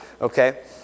Okay